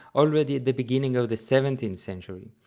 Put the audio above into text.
already at the beginning of the seventeenth century,